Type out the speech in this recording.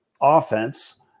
offense